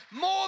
more